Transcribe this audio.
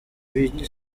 b’iki